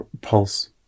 pulse